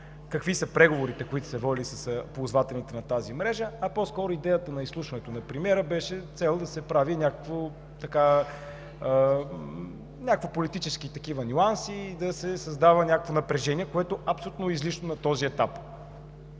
какви са преговорите, които са се водели с ползвателите на тази мрежа, а по-скоро идеята на изслушването на премиера беше с цел да се правят някакви политически нюанси, да се създава някакво напрежение, което е абсолютно излишно на този етап.